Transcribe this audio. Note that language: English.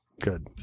good